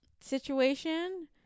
situation